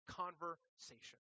conversation